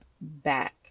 back